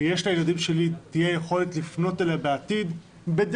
ויש לילדים שלה יכולת לפנות אליה בעתיד לא